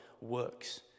works